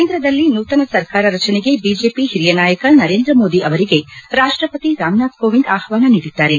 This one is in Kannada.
ಕೇಂದ್ರದಲ್ಲಿ ನೂತನ ಸರಕಾರ ರಚನೆಗೆ ಬಿಜೆಪಿ ಹಿರಿಯ ನಾಯಕ ನರೇಂದ್ರ ಮೋದಿ ಅವರಿಗೆ ರಾಷ್ಷಪತಿ ರಾಮನಾಥ್ ಕೋವಿಂದ್ ಆಹ್ವಾನ ನೀಡಿದ್ದಾರೆ